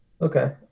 Okay